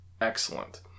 excellent